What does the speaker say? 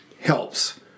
helps